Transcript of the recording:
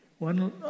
One